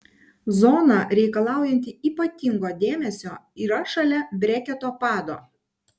zona reikalaujanti ypatingo dėmesio yra šalia breketo pado